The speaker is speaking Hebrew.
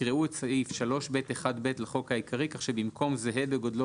יקראו את סעיף 3(ב)(1)(ב) לחוק העיקרי כך שבמקום 'זהה בגודלו